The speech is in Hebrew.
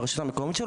מהרשות המקומית,